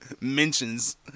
mentions